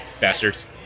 bastards